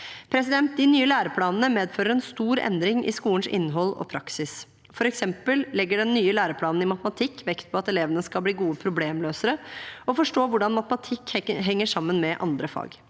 av 2024. De nye læreplanene medfører en stor endring i skolens innhold og praksis. For eksempel legger den nye læreplanen i matematikk vekt på at elevene skal bli gode problemløsere og forstå hvordan matematikk henger sammen med andre fag.